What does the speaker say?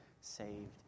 saved